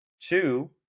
Two